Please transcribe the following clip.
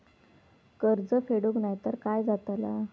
कर्ज फेडूक नाय तर काय जाताला?